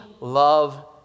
love